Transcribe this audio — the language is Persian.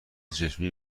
چشمی